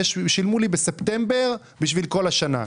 שילמו לי בספטמבר בשביל כל השנה,